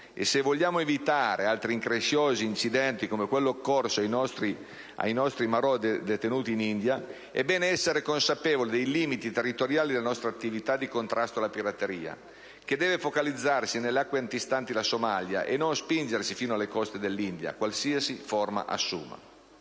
E se vogliamo evitare altri incresciosi incidenti, come quello occorso ai nostri marò detenuti in India, è bene essere consapevoli dei limiti territoriali della nostra attività di contrasto alla pirateria, che deve focalizzarsi nelle acque antistanti la Somalia e non spingersi sino alle coste dell'India, qualsiasi forma assuma.